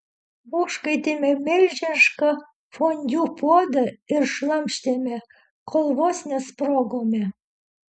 užkaitėme milžinišką fondiu puodą ir šlamštėme kol vos nesprogome